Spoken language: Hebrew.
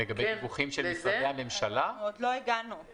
אבל לגבי הנקודה הזו הייתי שמח לחדד שתי נקודות.